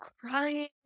crying